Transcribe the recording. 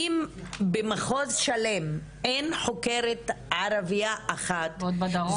אם במחוז שלם אין חוקרת ערבייה אחת --- ועוד בדרום.